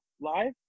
Live